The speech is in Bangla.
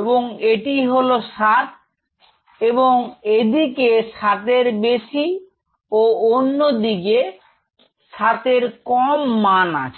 এবং এটি হল 7 এবং এদিকে 7 এর বেশি ও অন্যদিকে 7 এর কম মান আছে